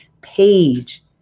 page